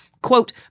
Quote